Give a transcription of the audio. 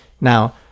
Now